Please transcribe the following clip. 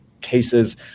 cases